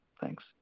Thanks